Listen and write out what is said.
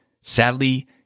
Sadly